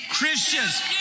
Christians